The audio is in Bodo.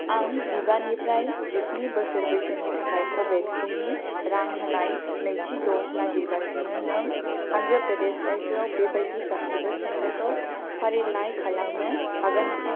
आं जिबानिफ्राय जिस्नि बोसोर बैसोनि थाखाय क'भेक्सनि रां होनाय नैथि द'ज नागिरगासिनो नों अन्ध्र प्रदेश रायजोआव बेबायदि गासिबो सेन्टारखौ फारिलाइ खालामनो हागोन नामा